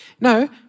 No